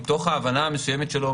מתוך ההבנה המסוימת שלו,